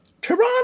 Toronto